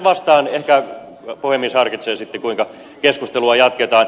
ehkä puhemies harkitsee sitten kuinka keskustelua jatketaan